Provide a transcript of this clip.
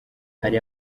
hari